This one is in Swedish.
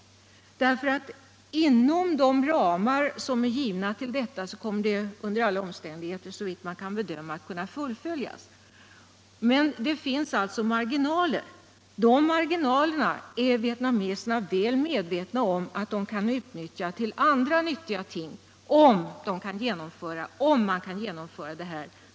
Inom de ramar som är givna kommer projektet under alla omständigheter att fullföljas. Det finns alltså marginaler för kostnadshöjningar. och de marginalerna är vietnameserna väl medvetna om att de kan utnyttja till andra viktiga ting, om man kan genomföra det projektet för lägre kostnader.